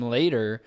later